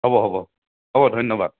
হ'ব হ'ব হ'ব ধন্যবাদ